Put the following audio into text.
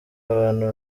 y’abantu